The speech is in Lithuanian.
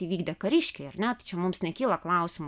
įvykdė kariškiai ar ne tai čia mums nekyla klausimų